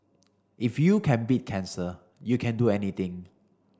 if you can beat cancer you can do anything